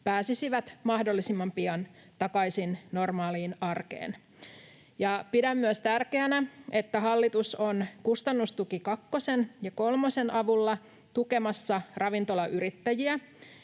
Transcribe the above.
pääsisivät mahdollisimman pian takaisin normaaliin arkeen. Pidän myös tärkeänä, että hallitus on kustannustuki kakkosen ja kolmosen avulla tukemassa ravintolayrittäjiä,